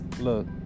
look